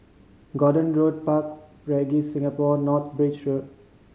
Gordon Road Park Regis Singapore North Bridge Road